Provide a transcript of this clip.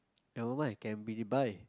never mind can be rebuy